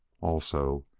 also,